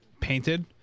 painted